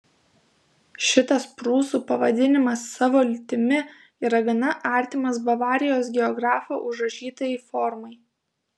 šitas prūsų pavadinimas savo lytimi yra gana artimas bavarijos geografo užrašytajai formai